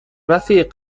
رفیق